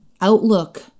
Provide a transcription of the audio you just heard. outlook